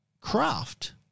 craft